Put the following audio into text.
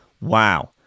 Wow